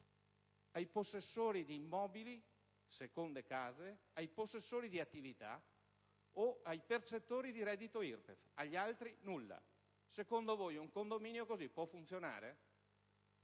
ai possessori di immobili (di seconde case), ai possessori di attività o ai percettori di reddito IRPEF, e agli altri nulla, secondo voi, un condominio così organizzato